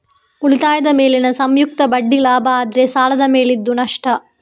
ಉಳಿತಾಯದ ಮೇಲಿನ ಸಂಯುಕ್ತ ಬಡ್ಡಿ ಲಾಭ ಆದ್ರೆ ಸಾಲದ ಮೇಲಿದ್ದು ನಷ್ಟ